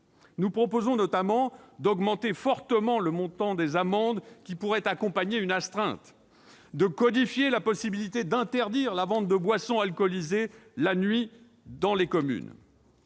nous proposons notamment d'augmenter fortement le montant des amendes pouvant accompagner une astreinte et de codifier la possibilité d'interdire la vente de boissons alcoolisées la nuit dans les communes.